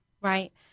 right